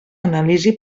anàlisi